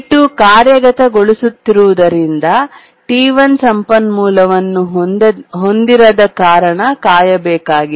T2 ಕಾರ್ಯಗತಗೊಳಿಸುತ್ತಿರುವುದರಿಂದ T1 ಸಂಪನ್ಮೂಲವನ್ನು ಹೊಂದಿರದ ಕಾರಣ ಕಾಯಬೇಕಾಗಿದೆ